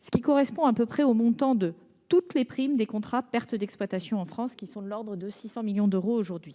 ce qui correspond à peu près au montant de toutes les primes des contrats pertes d'exploitation en France, de l'ordre de 600 millions d'euros aujourd'hui.